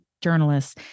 journalists